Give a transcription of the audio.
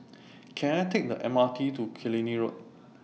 Can I Take The M R T to Killiney Road